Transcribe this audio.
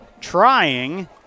trying